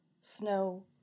snow